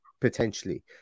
potentially